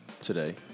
Today